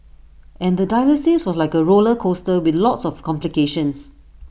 and the dialysis was like A roller coaster with lots of complications